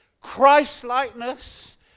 Christ-likeness